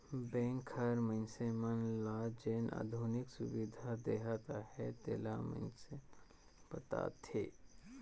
bank हर मइनसे मन ल जेन आधुनिक सुबिधा देहत अहे तेला मइनसे मन ल बताथे